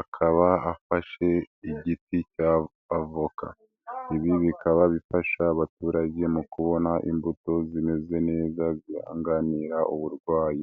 akaba afashe igiti cya avoka. Ibi bikaba bifasha abaturage mu kubona imbuto zimeze neza zihanganira uburwayi.